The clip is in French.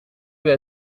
peut